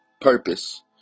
Purpose